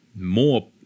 more